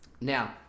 Now